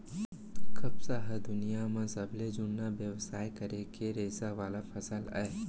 कपसा ह दुनियां म सबले जुन्ना बेवसाय करे के रेसा वाला फसल अय